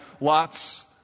lots